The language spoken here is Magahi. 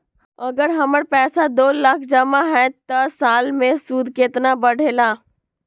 अगर हमर पैसा दो लाख जमा है त साल के सूद केतना बढेला?